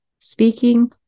speaking